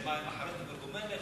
שתשתה מים אחרי שאתה גומר לאכול,